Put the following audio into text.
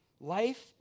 Life